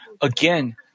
Again